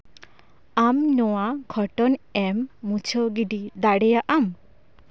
ᱟᱢ ᱱᱚᱶᱟ ᱜᱷᱚᱴᱚᱱ ᱮᱢ ᱢᱩᱪᱷᱟᱹᱣ ᱜᱤᱰᱤ ᱫᱟᱲᱮᱭᱟᱜ ᱟᱢ